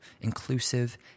inclusive